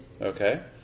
okay